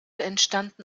entstanden